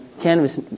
canvas